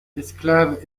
esclave